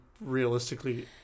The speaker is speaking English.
realistically